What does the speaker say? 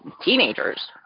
teenagers